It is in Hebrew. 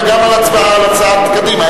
וגם הצבעה על הצעת קדימה.